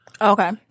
Okay